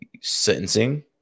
sentencing